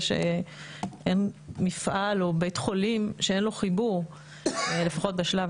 שאין מפעל או בית חולים שאין לו חיבור לפחות בשלב